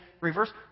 reverse